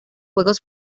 juegos